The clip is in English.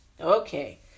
okay